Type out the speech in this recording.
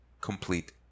complete